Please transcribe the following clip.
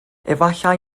efallai